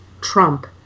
Trump